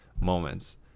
moments